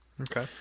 Okay